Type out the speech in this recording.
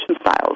styles